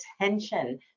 attention